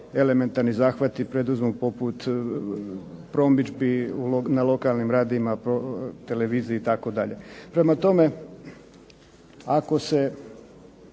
elementarni zahvati preduzmu poput promidžbi na lokalnim radijima, televiziji itd. Prema tome, ako se